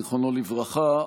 זכרונו לברכה.